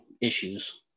issues